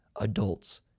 adults